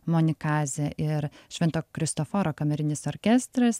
monikazė ir švento kristoforo kamerinis orkestras